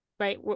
Right